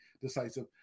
decisive